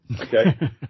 Okay